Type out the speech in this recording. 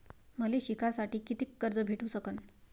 मले शिकासाठी कितीक कर्ज भेटू सकन?